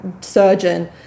surgeon